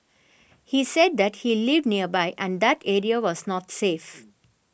he said that he lived nearby and that area was not safe